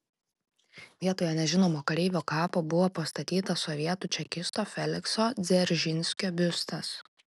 vietoje nežinomo kareivio kapo buvo pastatytas sovietų čekisto felikso dzeržinskio biustas